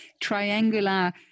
triangular